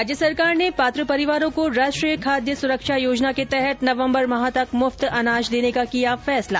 राज्य सरकार ने पात्र परिवारों को राष्ट्रीय खाद्य सुरक्षा योजना के तहत नवम्बर माह तक मुफ्त अनाज देने का किया फैसला